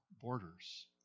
borders